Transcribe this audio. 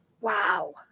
wow